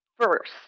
first